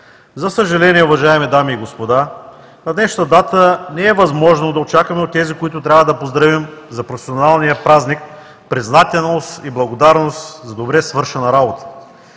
За съжаление, уважаеми дами и господа, на днешната дата не е възможно да очакваме от тези, които трябва да поздравим за професионалния празник, признателност и благодарност за добре свършена работа.